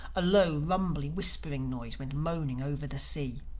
a low, rumbly, whispering noise went moaning over the sea.